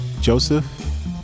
Joseph